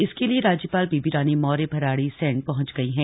इसके लिए राज्यपाल बेबीरानी मौर्य भराणीसैंण पहुंच गई है